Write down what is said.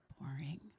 boring